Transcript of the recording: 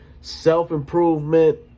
Self-improvement